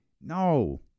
No